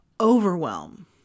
Overwhelm